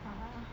ah